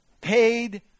paid